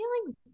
feeling